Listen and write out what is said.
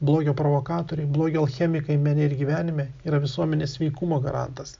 blogio provokatoriai blogio alchemikai mene ir gyvenime yra visuomenės sveikumo garantas